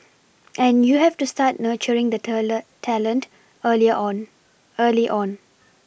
and you have to start nurturing the teller the talent early on early on